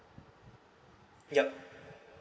yup